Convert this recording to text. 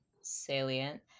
salient